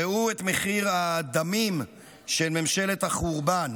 ראו את מחיר הדמים של ממשלת החורבן: